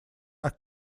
are